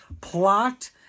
plot